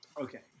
Okay